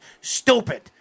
stupid